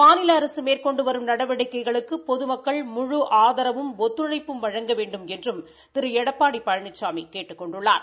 மாநில அரசு மேற்கொண்டு வரும் நடவடிக்கைகளுக்கு பொதுமக்கள் முழு ஆதரவும் ஒத்துழைப்பும் வழங்க வேண்டுமென்று திரு எடப்பாடி பழனிசாமி கேட்டுக் கொண்டுள்ளார்